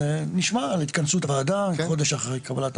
נשמע על התכנסות הוועדה חודש אחרי קבלת החוק.